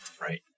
Right